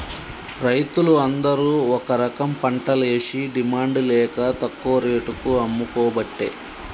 రైతులు అందరు ఒక రకంపంటలేషి డిమాండ్ లేక తక్కువ రేటుకు అమ్ముకోబట్టే